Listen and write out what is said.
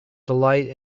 delight